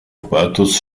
hubertus